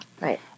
Right